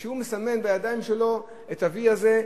וכשהוא מסמן בידיים שלו את ה"וי" הזה,